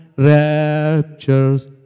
Rapture's